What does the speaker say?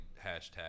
hashtag